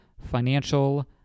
Financial